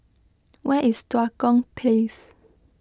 where is Tua Kong Place